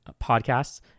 podcasts